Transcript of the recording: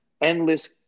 endless